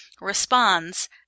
responds